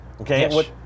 Okay